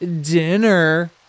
Dinner